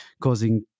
causing